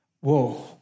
Whoa